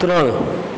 ત્રણ